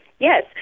Yes